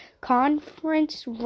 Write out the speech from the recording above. Conference